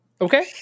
okay